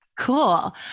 Cool